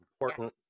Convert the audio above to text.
important